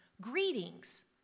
Greetings